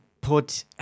put